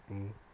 mm